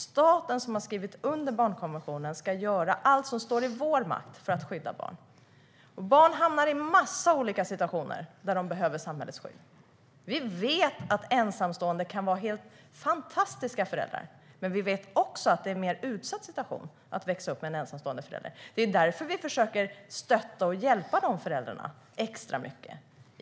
Staten, som har skrivit under barnkonventionen, ska göra allt som står i dess makt för att skydda barn. Barn hamnar i en massa olika situationer där de behöver samhällets skydd. Vi vet att ensamstående kan vara fantastiska föräldrar, men vi vet också att det är en mer utsatt situation att växa upp med en ensamstående förälder. Det är därför vi försöker stötta och hjälpa dessa föräldrar extra mycket.